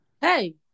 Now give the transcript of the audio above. hey